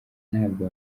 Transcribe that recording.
ntabwo